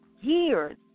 years